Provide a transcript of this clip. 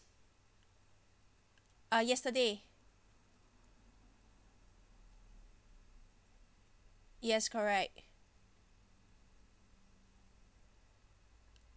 uh yesterday yes correct